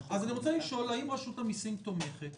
-- אז אני רוצה לשאול האם רשות המסים תומכת